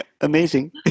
Amazing